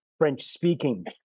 French-speaking